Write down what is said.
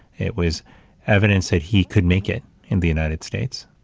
it was evidence that he could make it in the united states.